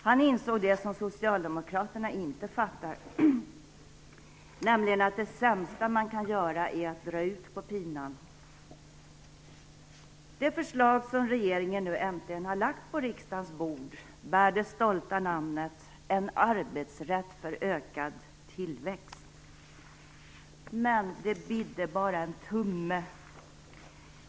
Han insåg det som socialdemokraterna inte fattar, nämligen att det sämsta man kan göra är att dra ut på pinan. Det förslag som regeringen nu äntligen har lagt på riksdagens bord bär det stolta namnet En arbetsrätt för ökad tillväxt. Men det bidde bara en tumme.